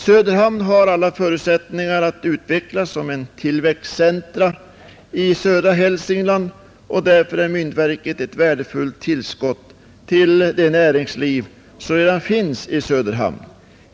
Söderhamn har alla förutsättningar att utvecklas som ett tillväxtcentrum i södra Hälsingland, och därför är myntoch justeringsverket ett värdefullt tillskott till det näringsliv som redan finns där.